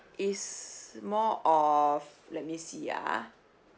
it's more of let me see ah